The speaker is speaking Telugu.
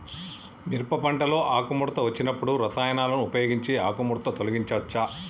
మిరప పంటలో ఆకుముడత వచ్చినప్పుడు రసాయనాలను ఉపయోగించి ఆకుముడత తొలగించచ్చా?